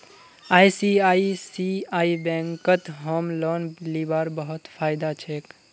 ICICI बैंकत home loan लीबार बहुत फायदा छोक